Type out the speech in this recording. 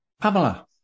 Pamela